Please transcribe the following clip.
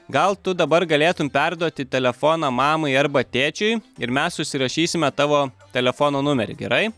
gal tu dabar galėtum perduoti telefoną mamai arba tėčiui ir mes užsirašysime tavo telefono numerį gerai